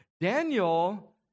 Daniel